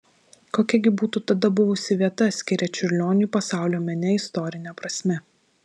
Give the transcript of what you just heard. kokia gi būtų tada buvusi vieta skiria čiurlioniui pasaulio mene istorine prasme